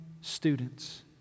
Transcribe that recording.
students